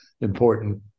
important